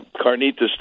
carnitas